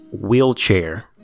wheelchair